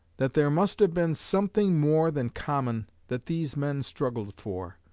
that there must have been something more than common that these men struggled for.